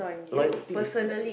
loyalty is not